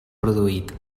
produït